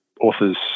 authors